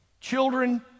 Children